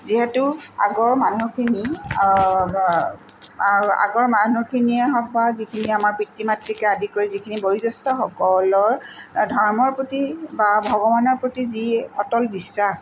যিহেতু আগৰ মানুহখিনি আগৰ মানুহখিনিয়েই হওক বা যিখিনি আমাৰ পিতৃ মাতৃকে আদি কৰি যিখিনি বয়োজেষ্ঠসকলৰ ধৰ্মৰ প্ৰতি বা ভগৱানৰ প্ৰতি যি অটল বিশ্বাস